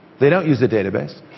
they don't use a database,